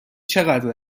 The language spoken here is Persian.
چقدر